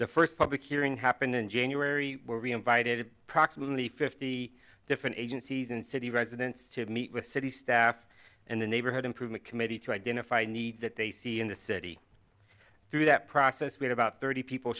the first public hearing happened in january where we invited practically fifty different agencies and city residents to meet with city staff and the neighborhood improvement committee to identify a need that they see in the city through that process with about thirty people